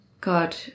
God